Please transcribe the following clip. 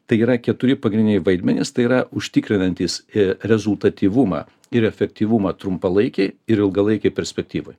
tai yra keturi pagrindiniai vaidmenys tai yra užtikrinantys rezultatyvumą ir efektyvumą trumpalaikėj ir ilgalaikėj perspektyvoj